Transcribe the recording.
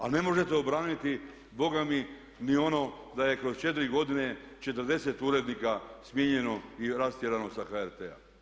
A ne možete obraniti bogami ni ono da je kroz 4 godine 40 urednika smijenjeno i rastjerano sa HRT-a.